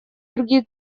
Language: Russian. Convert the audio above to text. других